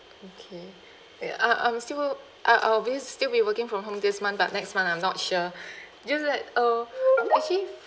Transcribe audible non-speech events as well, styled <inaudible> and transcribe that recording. okay eh I I'm still uh I'll be still be working from home this month but next month I'm not sure <breath> just that uh actually